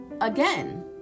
again